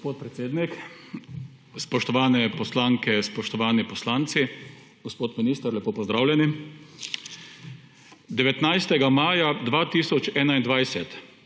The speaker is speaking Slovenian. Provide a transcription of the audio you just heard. Gospod predsednik, spoštovane poslanke, spoštovani poslanci, gospod minister, lepo pozdravljeni! 19. maja 2021